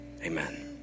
amen